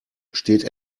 steht